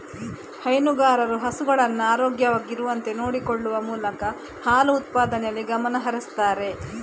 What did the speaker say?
ಹೈನುಗಾರರು ಹಸುಗಳನ್ನ ಆರೋಗ್ಯವಾಗಿ ಇರುವಂತೆ ನೋಡಿಕೊಳ್ಳುವ ಮೂಲಕ ಹಾಲು ಉತ್ಪಾದನೆಯಲ್ಲಿ ಗಮನ ಹರಿಸ್ತಾರೆ